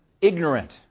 ignorant